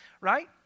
Right